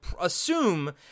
assume